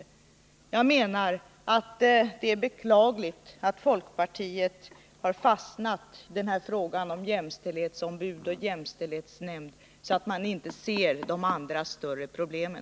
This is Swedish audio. Jag menar att det är beklagligt att folkpartiet så har fastnat i den här frågan om jämställdhetsombud och jämställdhetsnämnd att man inte ser de andra, större problemen.